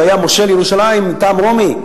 שהיה מושל ירושלים מטעם רומי,